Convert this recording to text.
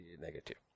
negative